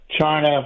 China